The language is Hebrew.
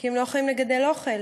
כי הם לא יכולים לגדל אוכל.